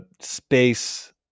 space